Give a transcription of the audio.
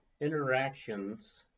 interactions